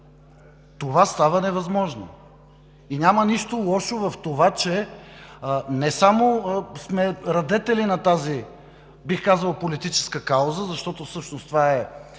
това става невъзможно. Няма нищо лошо в това, че не само сме радетели на тази, бих казал, политическа кауза, защото всъщност това е